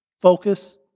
focus